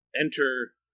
enter